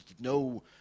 no